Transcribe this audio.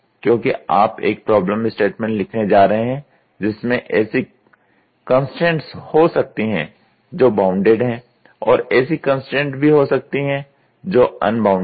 क्योंकि आप एक प्रॉब्लम स्टेटमेंट लिखने जा रहे हैं जिसमें ऐसी कंस्ट्रेंट्स हो सकती हैं जो बॉउंडेड हैं और ऐसी कंस्ट्रेंट्स भी हो सकती हैं जो अनबॉउंडेड हैं